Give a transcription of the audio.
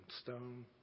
Stone